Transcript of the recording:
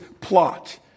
plot